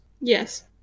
Yes